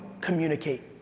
communicate